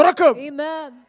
Amen